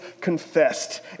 confessed